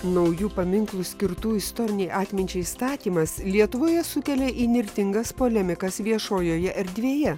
naujų paminklų skirtų istorinei atminčiai statymas lietuvoje sukėlia įnirtingas polemikas viešojoje erdvėje